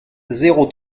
zéro